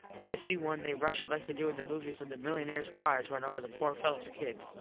when they see one they rush it like they do in the movies when the milunares cars runs over the poor fellos kid.